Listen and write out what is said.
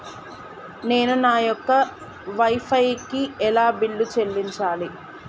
నేను నా యొక్క వై ఫై కి ఎలా బిల్లు చెల్లించాలి?